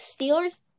Steelers